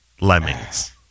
Lemmings